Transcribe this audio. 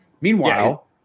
Meanwhile